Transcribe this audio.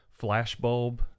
flashbulb